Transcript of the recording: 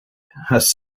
has